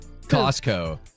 Costco